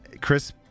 Chris